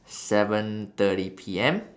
seven thirty P_M